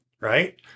Right